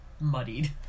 muddied